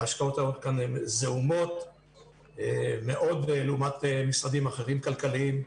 ההשקעות כאן זעומות מאוד לעומת משרדים כלכליים אחרים.